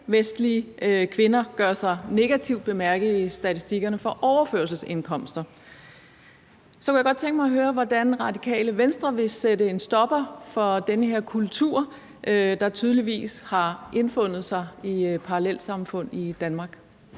ikkevestlige kvinder gør sig negativt bemærket i statistikkerne for overførselsindkomster. Så kunne jeg godt tænke mig at høre, hvordan Radikale Venstre vil sætte en stopper for den her kultur, der tydeligvis har indfundet sig i parallelsamfund i Danmark.